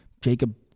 Jacob